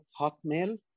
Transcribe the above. Hotmail